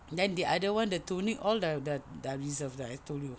then the other one the tunic all dah dah reserved like I told you